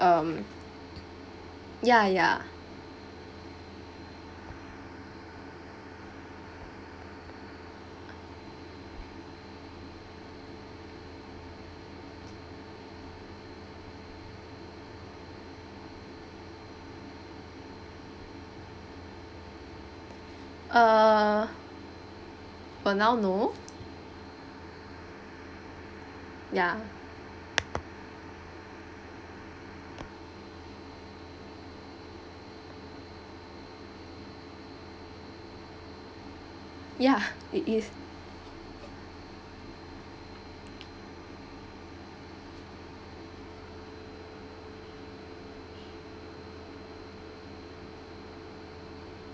um ya ya err for now no ya ya it is